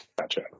Gotcha